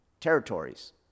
territories